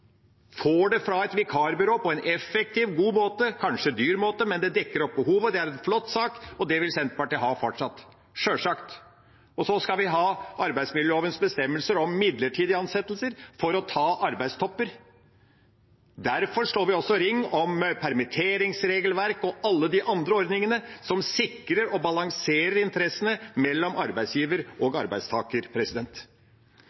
får det fra et vikarbyrå på en effektiv og god måte – kanskje en dyr måte, men det dekker opp behovet. Det er en flott sak, og det vil Senterpartiet ha fortsatt – sjølsagt. Så skal vi ha arbeidsmiljølovens bestemmelser om midlertidige ansettelser for å ta arbeidstopper. Derfor slår vi også ring om permitteringsregelverk og alle de andre ordningene som sikrer og balanserer interessene mellom arbeidsgiver og